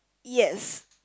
yes